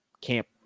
camp